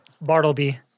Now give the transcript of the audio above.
Bartleby